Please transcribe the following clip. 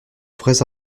vrais